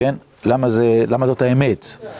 כן? למה זאת האמת?